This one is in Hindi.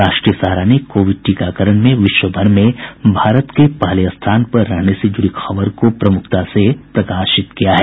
राष्ट्रीय सहारा ने कोविड टीकाकरण में विश्व भर में भारत के पहले स्थान पर रहने से जुड़ी खबर को प्रमुखता से प्रकाशित किया है